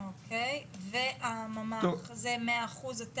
והממ"ח זה 100%?